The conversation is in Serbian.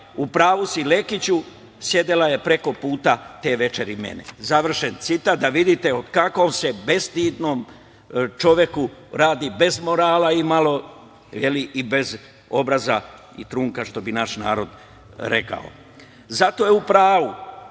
„U pravu si Lekiću, sedela je preko puta mene te večeri“, završen citat. Da vidite o kakvom se bestidnom čoveku radi, bez morala i bez obraza i trunka, što bi naš narod rekao. Zato je u pravu